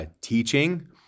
teaching